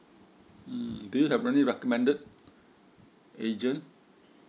mm do you have any recommended agent